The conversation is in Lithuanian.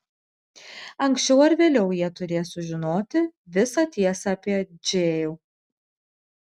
anksčiau ar vėliau jie turės sužinoti visą tiesą apie džėjų